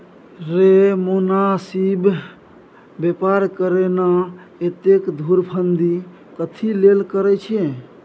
रे मोनासिब बेपार करे ना, एतेक धुरफंदी कथी लेल करय छैं?